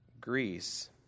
Greece